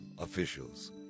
officials